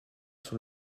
sur